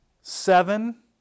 Seven